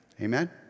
Amen